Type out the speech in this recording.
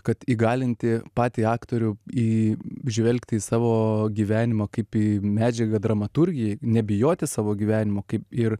kad įgalinti patį aktorių į žvelgti į savo gyvenimą kaip į į medžiagą dramaturgijai nebijoti savo gyvenimo kaip ir